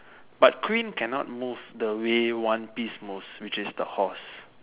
but queen cannot move the way one piece move which is the horse